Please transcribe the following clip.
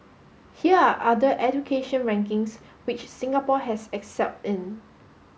here are other education rankings which Singapore has excelled in